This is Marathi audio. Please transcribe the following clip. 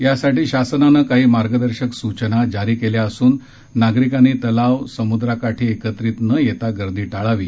यासाठी शासनानं काही मार्गदर्शक सूचना जारी केल्या अस्न नागरीकांनी तलाव समुद्राकाठी एकत्रित न येता गर्दी टाळावी